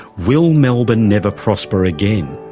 will melbourne never prosper again?